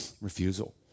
refusal